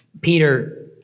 Peter